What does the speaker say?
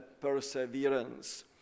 perseverance